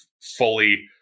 fully